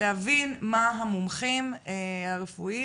להבין מה דעת המומחים הרפואיים,